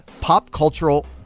pop-cultural